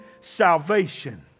salvation